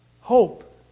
hope